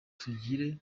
tugire